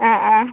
അ